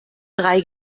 drei